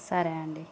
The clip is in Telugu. సరే అండి